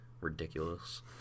Ridiculous